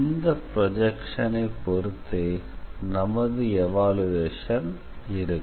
இந்த ப்ரொஜெக்ஷனை பொறுத்தே நமது எவால்யுயேஷன் இருக்கும்